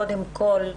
קודם כל,